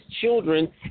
children